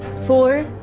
four,